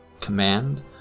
command